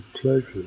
pleasure